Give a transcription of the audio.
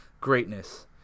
greatness